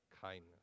kindness